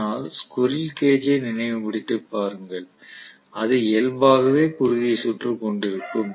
ஆனால் ஸ்குரில் கேஜ் ஐ நினைவு படுத்தி பாருங்கள் அது இயல்பாகவே குறுகிய சுற்று கொண்டிருக்கும்